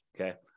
Okay